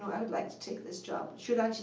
i would like to take this job. should i?